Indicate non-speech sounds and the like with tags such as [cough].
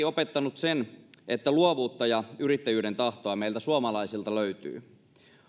[unintelligible] opettanut ainakin sen että luovuutta ja yrittäjyyden tahtoa meiltä suomalaisilta löytyy